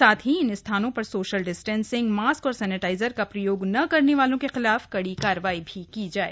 साथ ही इन स्थानों पर सोशल डिस्टॅसिंग मास्क और सैनिटाइजर का प्रयोग न करने वालों के खिलाफ कड़ी कार्रवाई की जाए